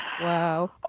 Wow